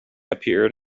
appeared